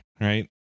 Right